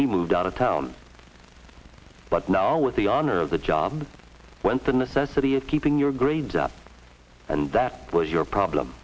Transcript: he moved out of town but now with the honor of the job went the necessity of keeping your grades up and that was your problem